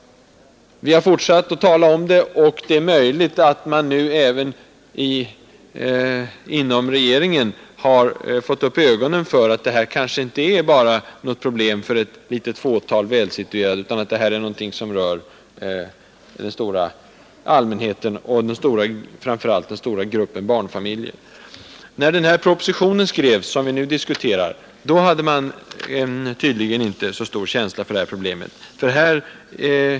Vi har fortsatt att tala om saken, och det är möjligt att man nu även inom regeringen har fått upp ögonen för att det här inte bara är ett problem för ett litet fåtal välsituerade, utan att det är någonting som rör den stora allmänheten och framför allt den stora gruppen barnfamiljer. När man skrev den proposition som vi nu diskuterar, hade man tydligen inte så stor känsla för det här problemet.